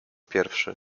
pierwszy